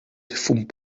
difunt